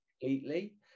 completely